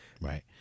Right